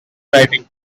writing